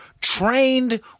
trained